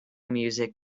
music